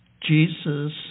Jesus